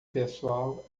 pessoal